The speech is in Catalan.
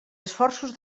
esforços